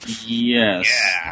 Yes